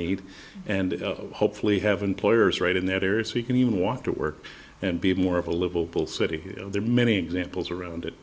need and hopefully have employers right in that area so you can even walk to work and be more of a livable city there are many examples around it